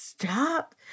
Stop